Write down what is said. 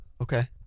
Okay